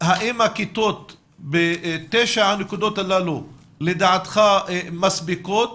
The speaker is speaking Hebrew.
הכיתות בתשע הנקודות הללו לדעתך מספיקות?